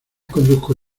conduzco